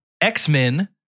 X-Men